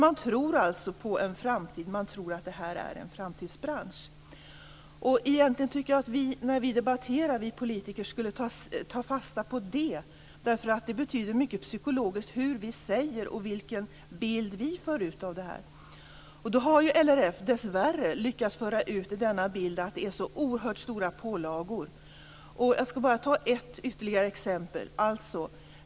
Man tror alltså på en framtid och att det är en framtidsbransch. Egentligen tycker jag att vi politiker när vi debatterar skulle ta fasta på det. Det betyder mycket psykologiskt hur vi säger och vilken bild vi för ut. LRF har dessvärre lyckats föra ut bilden att det är så oerhört stora pålagor. Jag skall bara ta ett ytterligare exempel.